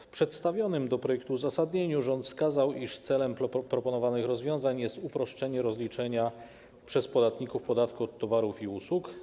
W przedstawionym do projektu uzasadnieniu rząd wskazał, iż celem proponowanych rozwiązań jest uproszczenie rozliczenia przez podatników podatku od towarów i usług.